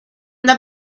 the